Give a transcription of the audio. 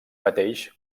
mateix